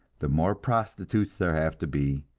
the more prostitutes there have to be,